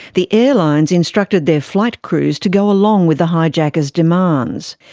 the airlines instructed their flight crews to go along with the hijackers' demands.